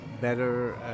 better